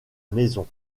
maison